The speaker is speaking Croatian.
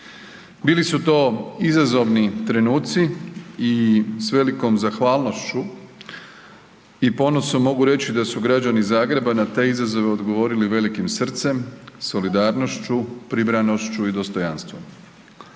Bili su to izazovni trenuci i s velikom zahvalnošću i ponosom mogu reći da su građani Zagreba na te izazove odgovorili velikim srcem, solidarnošću, pribranošću i dostojanstvom.